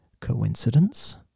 Coincidence